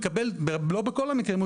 לא בכל המקרים,